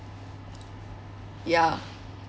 ya